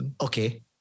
okay